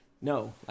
No